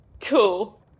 Cool